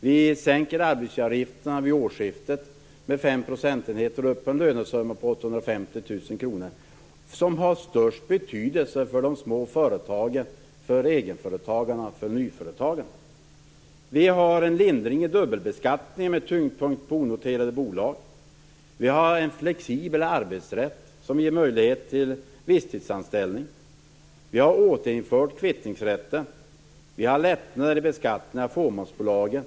Vi sänker arbetsgivaravgifterna vid årsskiftet med fem procentenheter på en lönesumma upp till 850 000 kr. Det har störst betydelse för de små företagen, för egenföretagarna och för nyföretagandet. Vi har en lindring i dubbelbeskattningen med tyngdpunkt på onoterade bolag. Vi har en flexibel arbetsrätt som ger möjlighet till visstidsanställning. Vi har återinfört kvittningsrätten. Vi har lättnader i beskattningen av fåmansbolagen.